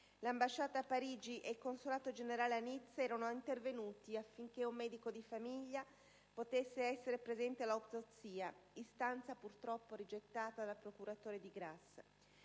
L'ambasciata a Parigi e il consolato generale a Nizza erano intervenuti affinché un medico di fiducia della famiglia fosse presente all'autopsia, istanza purtroppo rigettata dal procuratore di Grasse.